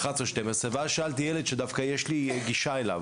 11-12 ואז שאלתי ילד שדווקא יש לי גישה אליו,